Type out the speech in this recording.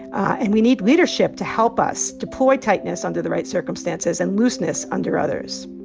and we need leadership to help us deploy tightness under the right circumstances and looseness under others